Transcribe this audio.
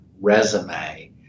resume